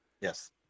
Yes